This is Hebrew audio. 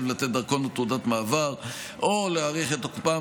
לתת דרכון או תעודת מעבר או להאריך את תוקפם,